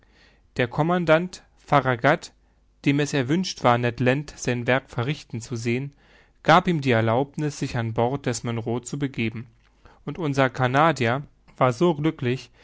der commandant farragut dem es erwünscht war ned land sein werk verrichten zu sehen gab ihm die erlaubniß sich an bord des monroe zu begeben und unser canadier war so glücklich